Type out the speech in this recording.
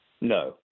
No